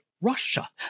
Russia